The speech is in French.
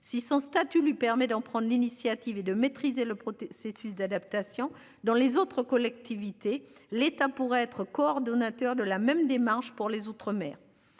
Si son statut lui permet d'en prendre l'initiative et de maîtriser le c'est suce d'adaptation dans les autres collectivités, l'État pourrait être coordonnateur de la même démarche pour les outre-mer.